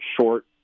short